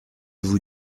vous